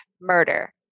murder